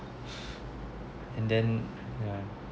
and then yeah